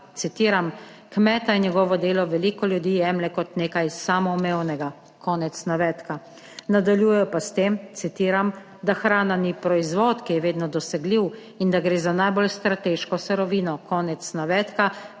citiram: »Kmeta in njegovo delo veliko ljudi jemlje kot nekaj samoumevnega.« Konec navedka. Nadaljujejo pa s tem, citiram: »Da hrana ni proizvod, ki je vedno dosegljiv in da gre za najbolj strateško surovino.« Konec navedka